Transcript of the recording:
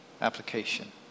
Application